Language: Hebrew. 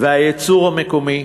והייצור המקומי,